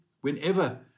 whenever